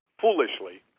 foolishly